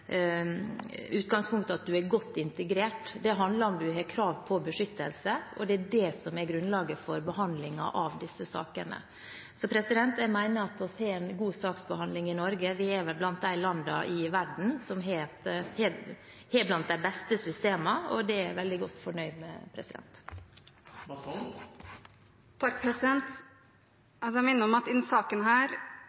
grunnlaget for behandlingen av disse sakene. Jeg mener at vi har en god saksbehandling i Norge. Vi er vel blant de land i verden som har de beste systemene, og det er jeg veldig godt fornøyd med.